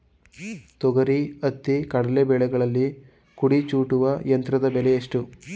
ತೊಗರಿ, ಹತ್ತಿ, ಕಡಲೆ ಬೆಳೆಗಳಲ್ಲಿ ಕುಡಿ ಚೂಟುವ ಯಂತ್ರದ ಬೆಲೆ ಎಷ್ಟು?